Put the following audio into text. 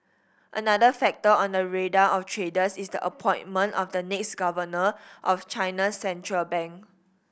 another factor on the radar of traders is the appointment of the next governor of China central bank